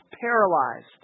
paralyzed